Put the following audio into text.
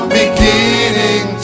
beginning